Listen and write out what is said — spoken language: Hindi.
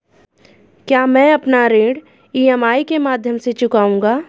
क्या मैं अपना ऋण ई.एम.आई के माध्यम से चुकाऊंगा?